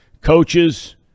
Coaches